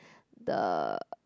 the